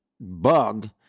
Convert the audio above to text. bug